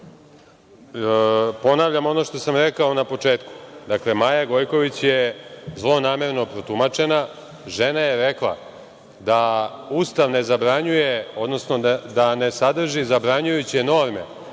Ponavljam ono što sam rekao na početku. Dakle, Maja Gojković je zlonamerno protumačena. Žena je rekla da - Ustav ne zabranjuje, odnosno, da ne sadrži zabranjujuće norme